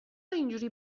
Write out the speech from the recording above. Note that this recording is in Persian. اینجوری